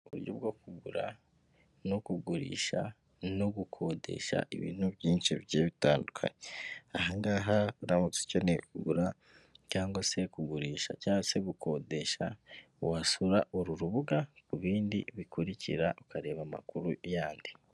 Uburyo bwo kugura no kugurisha no gukodesha ibintu byinshi bitandukanye. Aha ngaha uramutse ukeneye kugura, cyangwa se kugurisha, cyangwa se gukodesha, wasura uru rubuga ku bindi bikurikira ukareba amakuru yandi.